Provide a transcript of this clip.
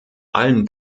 allen